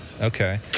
Okay